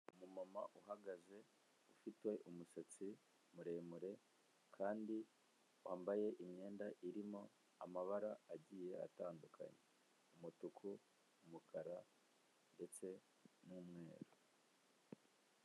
Umumama uhagaze ufite umusatsi muremure kandi wambaye imyenda irimo amabara agiye atandukanye, umutuku, umukara ndetse n'umweru.